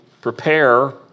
prepare